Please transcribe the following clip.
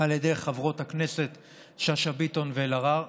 על ידי חברות הכנסת שאשא ביטון ואלהרר.